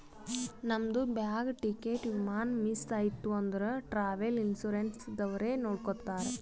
ನಮ್ದು bag, ticket, ವಿಮಾನ miss ಐಯ್ತ ಅಂದುರ್ ಟ್ರಾವೆಲ್ ಇನ್ಸೂರೆನ್ಸ್ ದವ್ರೆ ನೋಡ್ಕೊತ್ತಾರ್